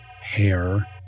hair